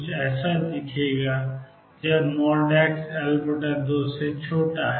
तो यह कुछ कोसाइन C×cos βx या